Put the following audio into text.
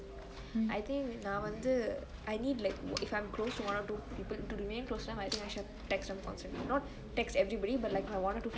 I think நா வந்து:naa vanthu I need like if I'm close to one or two people to remain close to them I need to text them constantly not text everybody but like my one or two friends